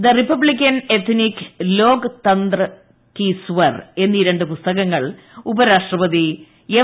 the republican ethic Loktantra ke Swar എന്നീ രണ്ട് പുസ്തകങ്ങൾ ഉപരാഷ്ട്രപതി എം